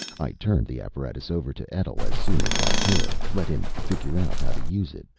i turned the apparatus over to etl as soon as i could. let him figure out how to use it.